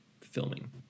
filming